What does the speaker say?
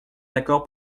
d’accord